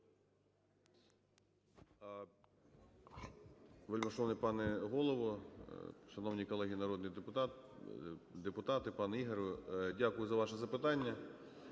Дякую за ваше запитання.